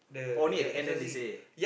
only at the end then they say